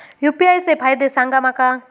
UPI चे फायदे सांगा माका?